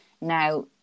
Now